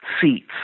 seats